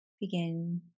begin